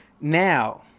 Now